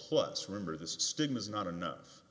plus remember the stigmas not enough